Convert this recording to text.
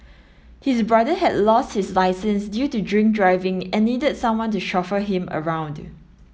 his brother had lost his licence due to drink driving and needed someone to chauffeur him around